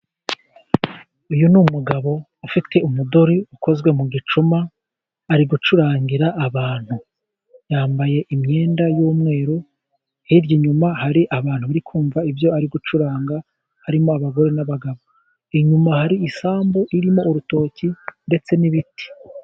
Uyu ni umugabo ufite umuduri ukozwe mu gicuma, ari gucurangira abantu. Yambaye imyenda y'umweru, hirya inyuma hari abantu bari kumva ibyo ari gucuranga. Harimo abagore n'abagabo, inyuma hari isambu irimo urutoki ndetse n'ibiti.